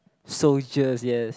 soldiers yes